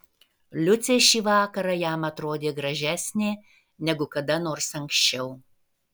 liucė šį vakarą jam atrodė gražesnė negu kada nors anksčiau